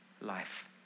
life